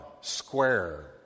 square